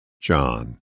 John